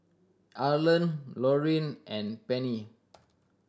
Arlan Lauryn and Pennie